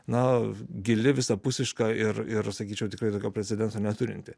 na gili visapusiška ir ir sakyčiau tikrai tokio precedento neturinti